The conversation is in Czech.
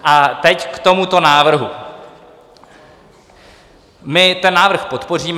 A teď k tomuto návrhu: my ten návrh podpoříme.